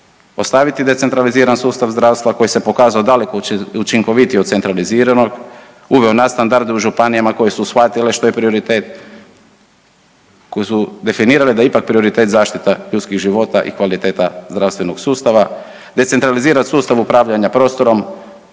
Postaviti decentralizirani sustav zdravstva koji se pokazao daleko učinkovitiji od centraliziranog, uveo nadstandarde u županijama koje su shvatile što je prioritet, koje su definirale da je ipak prioritet zaštita ljudskih života i kvaliteta zdravstvenog sustava, decentralizirati sustav upravljanja prostorom,